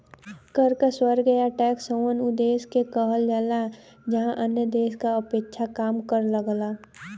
कर क स्वर्ग या टैक्स हेवन उ देश के कहल जाला जहाँ अन्य देश क अपेक्षा कम कर लगला